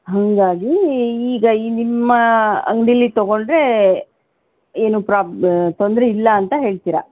ಹಾಗಾಗಿ ಈಗ ಈ ನಿಮ್ಮ ಅಂಗಡೀಲಿ ತೊಗೊಂಡ್ರೆ ಏನೂ ಪ್ರಾಬ್ ತೊಂದರೆ ಇಲ್ಲ ಅಂತ ಹೇಳ್ತೀರಾ